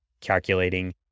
calculating